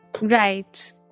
Right